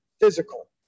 physical